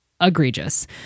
egregious